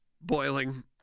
boiling